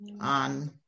on